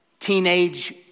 teenage